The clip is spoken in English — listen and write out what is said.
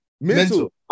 Mental